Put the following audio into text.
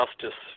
justice